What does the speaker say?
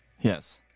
Yes